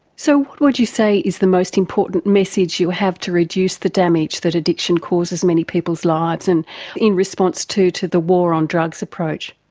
so what would you say is the most important message you have to reduce the damage that addiction causes many people's lives, and in response too to the war on drugs approach?